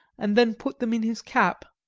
and then put them in his cap.